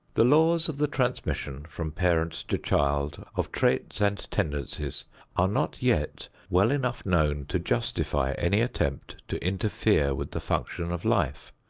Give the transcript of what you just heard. the laws of the transmission from parent to child of traits and tendencies are not yet well enough known to justify any attempt to interfere with the function of life,